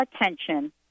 attention